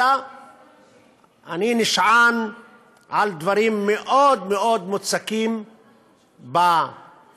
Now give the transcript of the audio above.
אלא אני נשען על דברים מאוד מאוד מוצקים בעקרונות